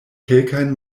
kelkajn